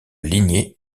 lignée